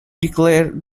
declare